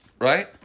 Right